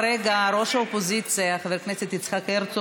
כרגע ראש האופוזיציה חבר הכנסת יצחק הרצוג